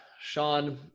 Sean